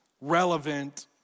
relevant